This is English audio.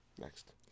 Next